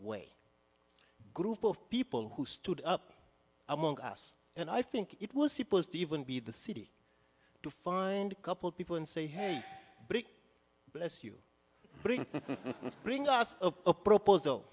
way group of people who stood up among us and i think it was supposed to even be the city to find a couple of people and say hey bless you bring bring us a proposal